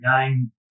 game